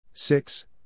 Six